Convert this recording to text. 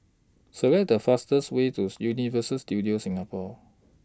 Select The fastest Way tools Universal Studios Singapore